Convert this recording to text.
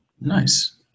Nice